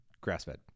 grass-fed